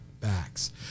backs